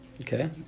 okay